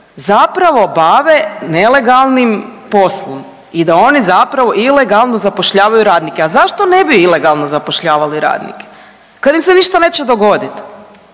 zapravo bave nelegalnim poslom i da oni zapravo ilegalno zapošljavaju radnike. A zašto ne bi ilegalno zapošljavali radnike kad im se ništa neće dogoditi.